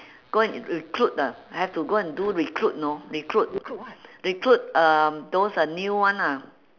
go and recruit ah have to go and do recruit you know recruit recruit um those uh new one ah